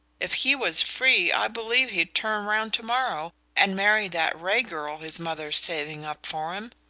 if he was free i believe he'd turn round to-morrow and marry that ray girl his mother's saving up for him.